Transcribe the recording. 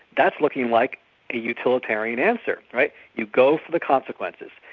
that's looking like a utilitarian answer, right you go for the consequences.